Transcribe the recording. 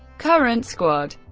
current squad